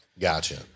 Gotcha